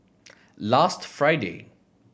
last Friday